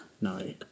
No